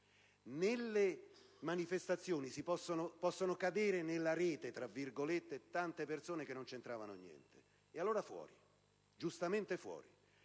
delle manifestazioni possono cadere nella rete tante persone che non c'entrano niente, che allora è giusto rilasciare.